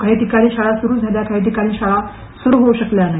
काही ठिकाणी शाळा सुरु झाल्या तर काही ठिकाणी शाळा सुरु होऊ शकल्या नाही